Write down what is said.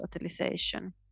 utilization